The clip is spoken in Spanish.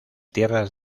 tierras